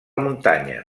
muntanya